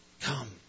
Come